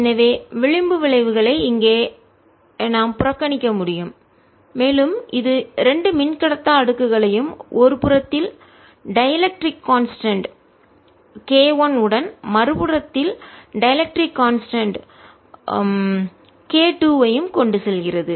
எனவே விளிம்பு விளைவுகளை நாம் இங்கே புறக்கணிக்க முடியும் மேலும் இது 2 மின்கடத்தா அடுக்குகளையும் ஒரு புறத்தில் டைஎலெக்ட்ரிக் கான்ஸ்டன்ட் மின்கடத்தா மாறிலி k1 உடன் மறுபுறத்தில் டைஎலெக்ட்ரிக் கான்ஸ்டன்ட் மின்கடத்தா மாறிலி k 2 ஐயும் கொண்டு செல்கிறது